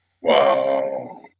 Wow